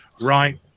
right